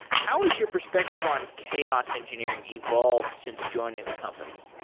how is your perspective on chaos engineering evolved since joining the company?